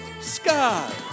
Sky